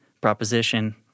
proposition